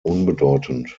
unbedeutend